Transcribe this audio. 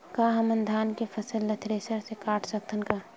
का हमन धान के फसल ला थ्रेसर से काट सकथन का?